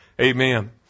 Amen